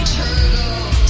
turtle